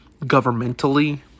governmentally